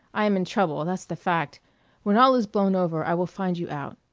i am in trouble, that's the fact when all is blown over, i will find you out.